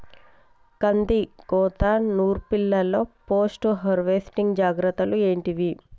కందికోత నుర్పిల్లలో post harvesting జాగ్రత్తలు ఏంటివి?